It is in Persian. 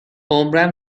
عمرا